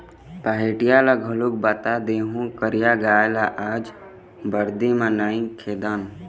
पहाटिया ल घलोक बता देहूँ करिया गाय ल आज बरदी म नइ खेदन